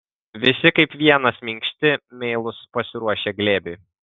visi kaip vienas minkšti meilūs pasiruošę glėbiui